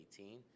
2018